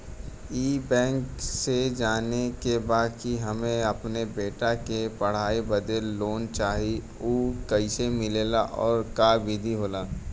ई बैंक से जाने के बा की हमे अपने बेटा के पढ़ाई बदे लोन चाही ऊ कैसे मिलेला और का विधि होला?